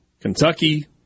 Kentucky